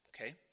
Okay